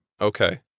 Okay